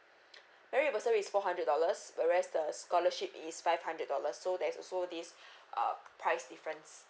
merit bursary is four hundred dollars whereas the scholarship is five hundred dollars so there's also this uh price difference